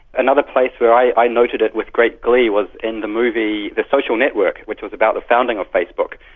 another place where i noticed it with great glee was in the movie the social network, which was about the founding of facebook.